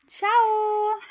Ciao